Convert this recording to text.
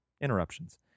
interruptions